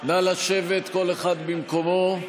לשבת כל אחד במקומו.